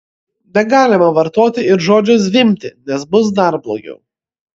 negalima vartoti ir žodžio zvimbti nes bus dar blogiau